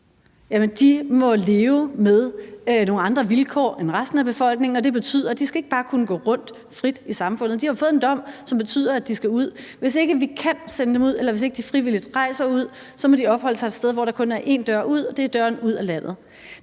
under nogle andre vilkår end resten af befolkningen, og det betyder, at de ikke bare skal kunne gå frit rundt i samfundet. De har jo fået en dom, som betyder, at de skal ud. Hvis ikke vi kan sende dem ud, eller hvis ikke de frivilligt rejser ud, så må de opholde sig et sted, hvor der kun er én dør ud, og det er døren ud ad landet.